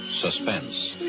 Suspense